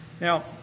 Now